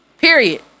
Period